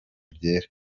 byera